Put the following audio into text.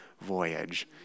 voyage